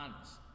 honest